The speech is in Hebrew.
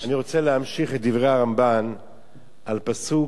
אני רוצה להמשיך את דברי הרמב"ן על פסוק